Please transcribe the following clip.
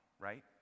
right